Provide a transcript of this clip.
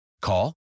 Call